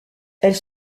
elle